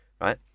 Right